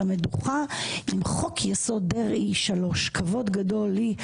המדוכה עם חוק יסוד דרעי 3. כבוד גדול לי,